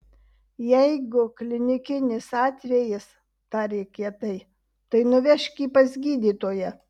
jeigu klinikinis atvejis tarė kietai tai nuvežk jį pas gydytoją